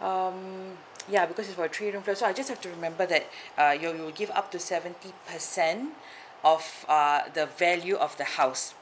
um ya because it's for three room flat so I just have to remember that uh you you will give up to seventy percent of err the value of the house